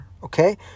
Okay